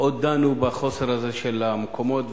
עוד דנו בחוסר הזה של המקומות,